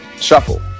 shuffle